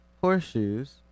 horseshoes